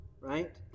right